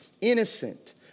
innocent